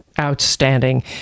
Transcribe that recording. Outstanding